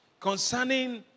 Concerning